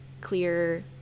clear